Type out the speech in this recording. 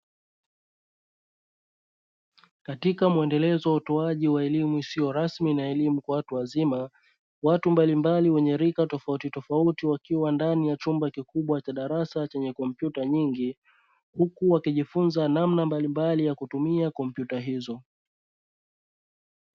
Katika muendelezo wa utoaji wa elimu isiyo rasmi na elimu kwa watu wazima, watu mbalimbali wenye rika tofautitofauti wakiw andani ya chumba cha darasa chenye kompyuta nyingi, huku wakijifunza namna mbalimbali ya kutumia kompyuta hizo.